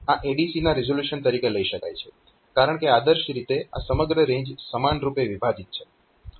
તો આને આ ADC ના રીઝોલ્યુશન તરીકે લઈ શકાય છે કારણકે આદર્શ રીતે આ સમગ્ર રેન્જ સમાનરૂપે વિભાજિત છે